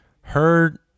heard